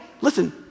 Listen